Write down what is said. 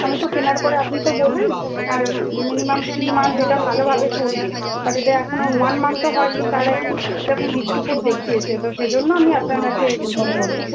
আমি তো কেনার পরে আপনি তো বললেন মিনিমাম থ্রি মান্থ এটা ভালোভাবে চলবে বাট এটা এখনও ওয়ান মান্থও হয় নি তার আগেই এরকম ডিস্পুট দেখিয়েছে তো সেজন্য আমি আপনার কাছে ইনফর্ম করলাম